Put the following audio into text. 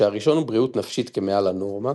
כשהראשון הוא בריאות נפשית כמעל הנורמה,